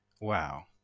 Wow